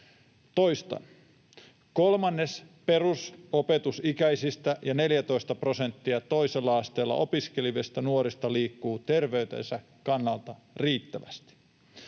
Toistan: kolmannes perusopetusikäisistä ja 14 prosenttia toisella asteella opiskelevista nuorista liikkuu terveytensä kannalta riittävästi.